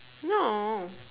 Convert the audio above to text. no